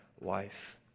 wife